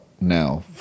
now